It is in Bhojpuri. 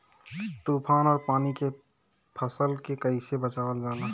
तुफान और पानी से फसल के कईसे बचावल जाला?